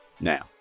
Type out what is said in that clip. now